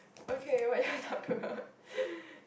okay what to talk about